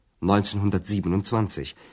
1927